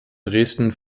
dresden